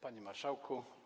Panie Marszałku!